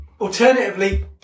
alternatively